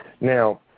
Now